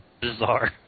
bizarre